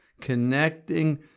Connecting